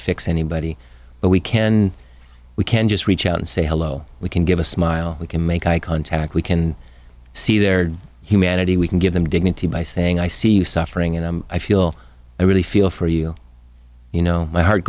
fix anybody but we can we can just reach out and say hello we can give a smile we can make eye contact we can see their humanity we can give them dignity by saying i see you suffering and i feel i really feel for you you know my heart